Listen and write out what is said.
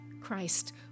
Christ